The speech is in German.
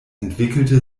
entwickelte